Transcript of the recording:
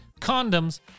condoms